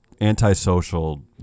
antisocial